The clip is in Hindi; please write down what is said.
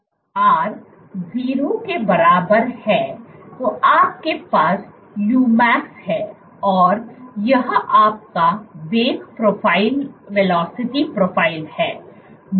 जब r 0 के बराबर है आपके पास umax है और यह आपका वेग प्रोफाइल है